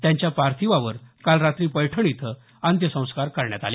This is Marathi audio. त्यांच्या पार्थिवावर काल रात्री पैठण इथं अंत्यसंस्कार करण्यात आले